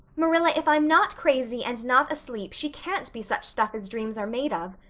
marilla, if i'm not crazy and not asleep she can't be such stuff as dreams are made of.